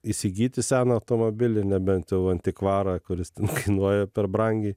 įsigyti seną automobilį nebent antikvarą kuris kainuoja per brangiai